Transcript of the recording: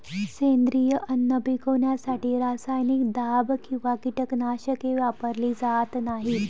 सेंद्रिय अन्न पिकवण्यासाठी रासायनिक दाब किंवा कीटकनाशके वापरली जात नाहीत